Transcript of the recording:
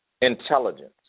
intelligence